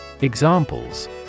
Examples